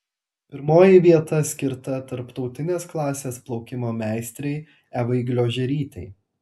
pirmoji vieta skirta tarptautinės klasės plaukimo meistrei evai gliožerytei